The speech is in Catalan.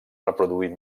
reproduït